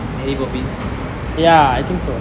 mary poppins